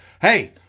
Hey